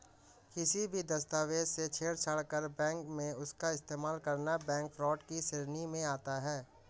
किसी भी दस्तावेज से छेड़छाड़ कर बैंक में उसका इस्तेमाल करना बैंक फ्रॉड की श्रेणी में आता है